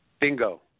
Bingo